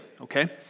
okay